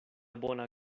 bona